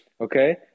Okay